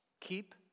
keep